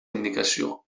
indicació